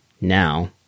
now